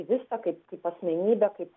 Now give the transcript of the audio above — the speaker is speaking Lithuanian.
visa kaip asmenybę kaip